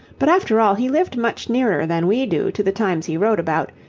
but after all he lived much nearer than we do to the times he wrote about,